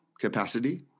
capacity